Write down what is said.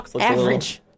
Average